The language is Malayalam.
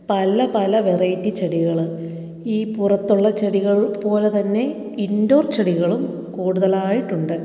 പല പല വെറൈറ്റി ചെടികൾ ഈ പുറത്തുള്ള ചെടികള് പോലെ തന്നെ ഇന്ഡോര് ചെടികളും കുടൂതലായിട്ട് ഉണ്ട്